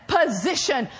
position